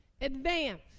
Advance